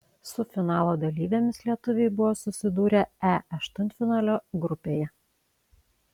su finalo dalyvėmis lietuviai buvo susidūrę e aštuntfinalio grupėje